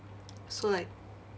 so like